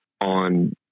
on